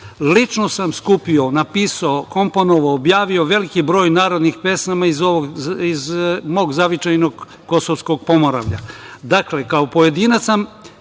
Lično sam skupio, napisao, komponovao, objavio veliki broj narodnih pesama iz mog zavičajnog Kosovskog Pomoravlja. Dakle,